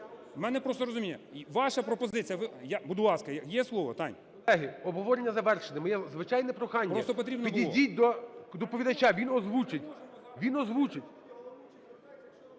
У мене просто розуміння… Ваша пропозиція? Будь ласка, є слово, Таня… ГОЛОВУЮЧИЙ. Колеги, обговорення завершено. Моє звичайне прохання: підійдіть до доповідача, він озвучить,